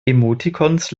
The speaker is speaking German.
emoticons